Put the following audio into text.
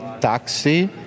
taxi